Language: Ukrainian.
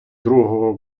другого